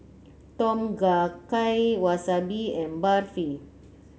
Tom Kha Gai Wasabi and Barfi